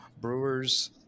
Brewers